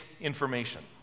information